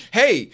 hey